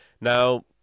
Now